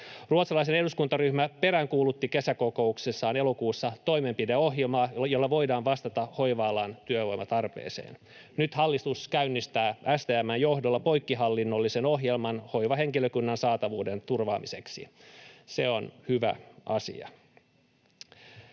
Ruotsalainen eduskuntaryhmä peräänkuulutti kesäkokouksessaan elokuussa toimenpideohjelmaa, jolla voidaan vastata hoiva-alan työvoimatarpeeseen. Nyt hallitus käynnistää STM:n johdolla poikkihallinnollisen ohjelman hoivahenkilökunnan saatavuuden turvaamiseksi. Se on hyvä asia.